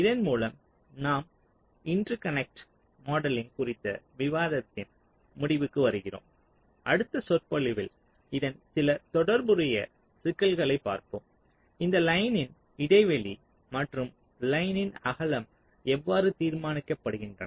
இதன் மூலம் நாம் இன்டர்கனேக்ட் மாடலிங் குறித்த விவாதத்தின் முடிவுக்கு வருகிறோம் அடுத்த சொற்பொழிவில் இதன் சில தொடர்புடைய சிக்கல்களைப் பார்ப்போம் இந்த லைனின் இடைவெளி மற்றும் லைனின் அகலம் எவ்வாறு தீர்மானிக்கப்படுகின்றன